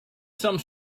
some